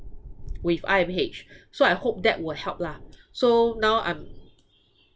with I_M_H so I hope that will help lah so now I'm